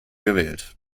gewählt